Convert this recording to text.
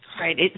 Right